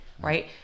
right